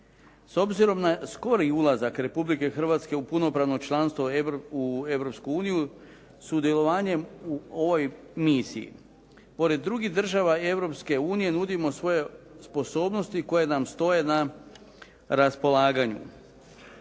S obzirom na skori ulazak Republike Hrvatske u punopravno članstvo u Europsku uniju, sudjelovanjem u ovoj misiji pored drugih država Europske unije nudimo svoje sposobnosti koje nam stoje na raspolaganju.